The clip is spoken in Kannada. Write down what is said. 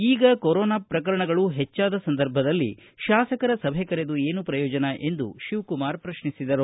ಈಗ ಕೊರೊನಾ ಪ್ರಕರಣ ಹೆಚ್ಚಾದ ಸಂದರ್ಭದಲ್ಲಿ ಶಾಸಕರ ಸಭೆ ಕರೆದು ಏನು ಪ್ರಯೋಜನ ಎಂದು ಶಿವಕುಮಾರ ಪ್ರಶ್ನಿಸಿದರು